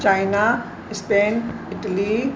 China Spain Italy